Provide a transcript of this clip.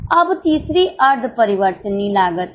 अब तीसरी अर्ध परिवर्तनीय लागत है